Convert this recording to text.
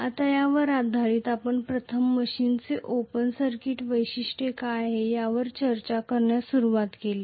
आता यावर आधारित आपण प्रथम मशीनची ओपन सर्किट वैशिष्ट्ये काय आहे यावर चर्चा करण्यास सुरवात केली